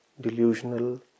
delusional